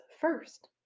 first